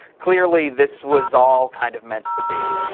clearly this was all kind of meant to be.